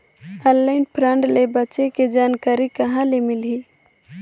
Online fraud ले बचे के जानकारी कहां ले मिलही?